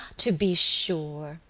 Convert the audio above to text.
to be sure,